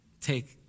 Take